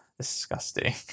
disgusting